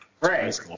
right